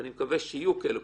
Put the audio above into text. ואני מקווה שיהיו כאלה,